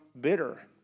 bitter